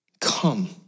come